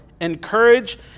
encourage